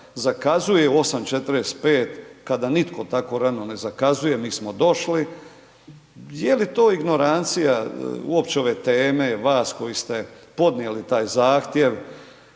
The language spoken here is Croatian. zakazuje u 8,45 kada nitko tako rano ne zakazuje, mi smo došli, je li to ignorancija uopće ove teme, vas koji ste podnijeli taj zahtjev,